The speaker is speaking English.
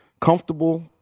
comfortable